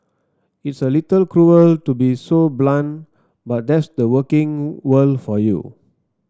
it's a little cruel to be so blunt but that's the working world for you